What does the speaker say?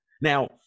Now